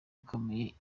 ikomeye